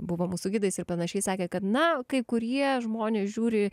buvo mūsų gidais ir pan sakė kad na kai kurie žmonės žiūri į